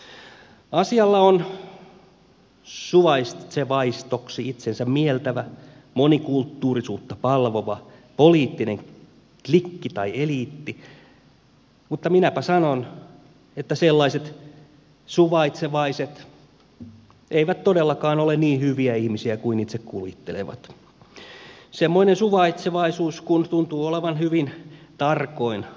asialla on suvaitsevaistoksi itsensä mieltävä monikulttuurisuutta palvova poliittinen klikki tai eliitti mutta minäpä sanon että sellaiset suvaitsevaiset eivät todellakaan ole niin hyviä ihmisiä kuin itse kuvittelevat semmoinen suvaitsevaisuus kun tuntuu olevan hyvin tarkoin valikoivaa